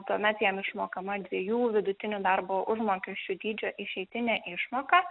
tuomet jam išmokama dviejų vidutinių darbo užmokesčių dydžio išeitinė išmoka